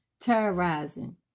terrorizing